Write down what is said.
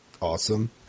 Awesome